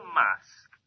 mask